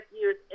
years